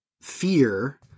fear